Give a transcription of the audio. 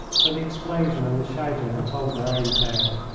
for the explosion and the shouting had told their own tale.